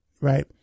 right